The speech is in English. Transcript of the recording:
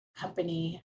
company